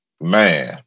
man